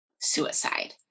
suicide